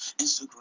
Instagram